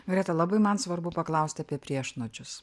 greta labai man svarbu paklaust apie priešnuodžius